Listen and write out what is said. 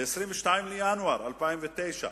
ב-22 בינואר 2009,